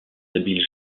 habiles